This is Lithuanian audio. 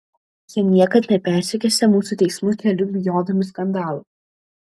jie niekad nepersekiosią mūsų teismo keliu bijodami skandalo